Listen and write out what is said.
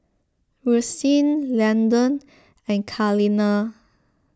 Rustin Landen and Kaleena